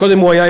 קודם הוא היה,